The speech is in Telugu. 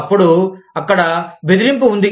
అప్పుడు అక్కడ బెదిరింపు ఉంది